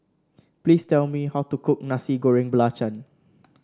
please tell me how to cook Nasi Goreng Belacan